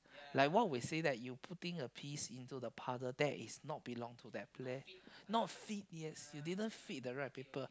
like what we say that you putting a piece into the puzzle that is not belong to them play not fit yes you didn't fit the right people